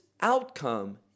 outcome